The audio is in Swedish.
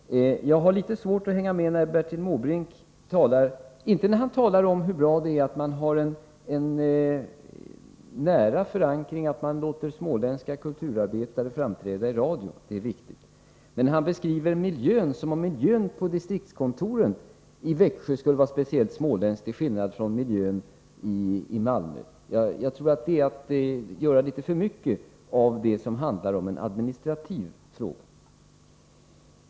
Jag har inte svårt att hänga med när Bertil Måbrink talar om hur bra det är att man har en nära förankring och att det är viktigt att man låter småländska kulturarbetare framträda i radio. Det tycker jag också är viktigt. Men när Bertil Måbrink beskriver miljön som om miljön på distriktskontoret i Växjö skulle vara speciellt småländsk till skillnad från miljön på distriktskontoret i Malmö, då tror jag att det är att göra för mycket av det som handlar om administration.